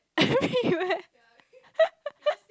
everywhere